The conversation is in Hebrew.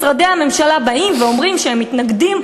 משרדי הממשלה באים ואומרים שהם מתנגדים,